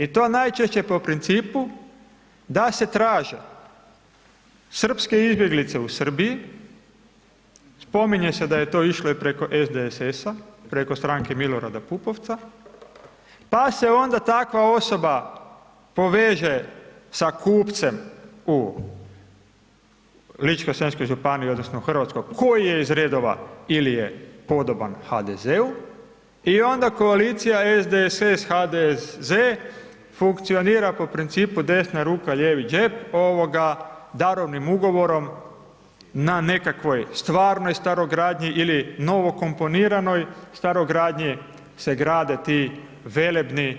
I to najčešće po principu da se traže srpske izbjeglice u Srbiji, spominje se da je to išlo i preko SDSS-a, preko stranke Milorada Pupovca pa se onda takva osoba poveže sa kupcem u Ličko-senjskoj županiji odnosno Hrvatske koji je iz redova ili je podoban HDZ-u i onda koalicija SDDS-HDZ funkcionira po principu „desna ruka, lijevi džep“ darovnim ugovorom na nekakvoj stvarno starogradnji ili novo komponiranoj starogradnji se grade ti velebni